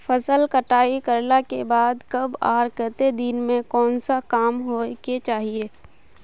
फसल कटाई करला के बाद कब आर केते दिन में कोन सा काम होय के चाहिए?